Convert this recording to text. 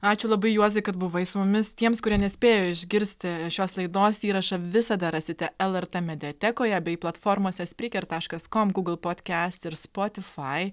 ačiū labai juozai kad buvai su mumis tiems kurie nespėjo išgirsti šios laidos įrašą visada rasite lrt mediatekoje bei platformose spriker taškas kom gūgl potkest ir spotifai